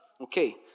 okay